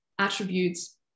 attributes